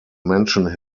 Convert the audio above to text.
mention